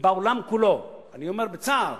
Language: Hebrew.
בעולם כולו, אני אומר בצער,